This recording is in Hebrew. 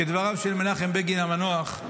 כדבריו של מנחם בגין המנוח,